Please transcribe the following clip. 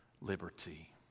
liberty